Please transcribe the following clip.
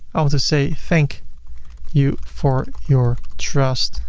i want to say, thank you for your trust